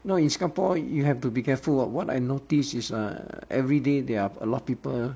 now in singapore you have to be careful what what I noticed is err everyday there are a lot of people ah